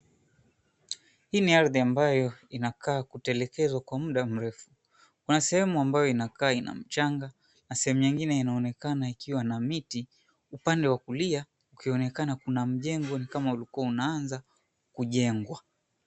Hii ni ardhi ambayo inakaa kutelekezwa kwa muda mrefu kuna sehemu ambayo inakaa ina mchanga na sehemu nyingine inaonekana ikiwa na miti upande wa kulia kukionekana kuna mjengo ni kama ulikuwa unaanza kujengwa.